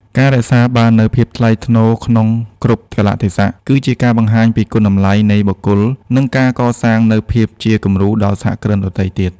ការរក្សាបាននូវ "ភាពថ្លៃថ្នូរក្នុងគ្រប់កាលៈទេសៈ" គឺជាការបង្ហាញពីគុណតម្លៃនៃបុគ្គល និងការកសាងនូវភាពជាគំរូដល់សហគ្រិនដទៃទៀត។